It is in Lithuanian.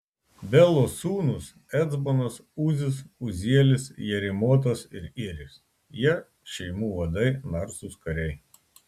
belos sūnūs ecbonas uzis uzielis jerimotas ir iris jie šeimų vadai narsūs kariai